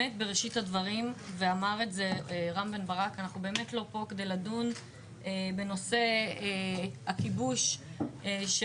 אנחנו לא פה כדי לדון בנושא הכיבוש של